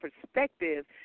perspective